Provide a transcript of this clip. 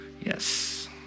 Yes